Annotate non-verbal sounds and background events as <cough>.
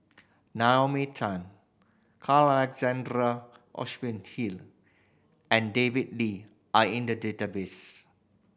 Naomi Tan Carl Alexander <unintelligible> Hill and David Lee are in the database